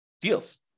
deals